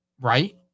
right